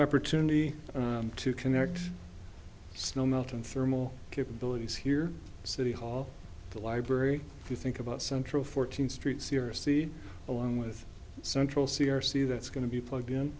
opportunity to connect snow melt and thermal capabilities here city hall the library if you think about central fourteenth street c r c along with central c r c that's going to be plugged in